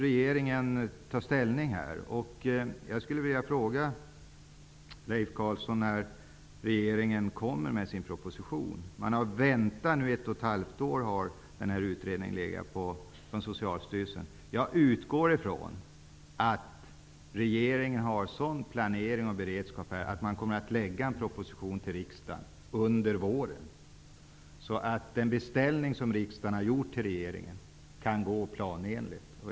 Regeringen måste nu ta ställning, och jag vill fråga Leif Carlson när regeringen kommer att lägga fram sin proposition. Utredningen har legat hos Socialstyrelsen i ett och ett halvt år. Jag utgår från att regeringen har en sådan planering och beredskap att man kommer att lägga fram en proposition till riksdagen under våren, så att den beställning som riksdagen har gjort hos regeringen kan utföras planenligt.